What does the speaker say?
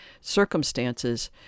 circumstances